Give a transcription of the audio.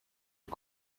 est